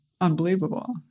unbelievable